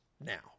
now